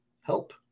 help